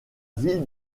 ville